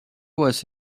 باعث